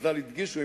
חז"ל הדגישו,